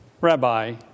Rabbi